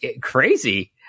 crazy